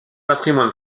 patrimoine